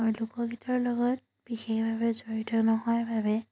আৰু লোকগীতৰ লগত বিশেষভাৱে জড়িত নোহোৱা বাবে